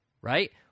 right